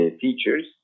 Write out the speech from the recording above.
features